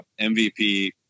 MVP